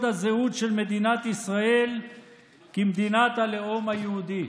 הזהות של מדינת ישראל כמדינת הלאום היהודי.